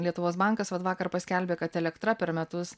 lietuvos bankas vat vakar paskelbė kad elektra per metus